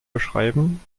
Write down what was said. beschreiben